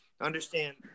Understand